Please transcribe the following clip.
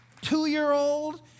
two-year-old